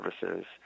services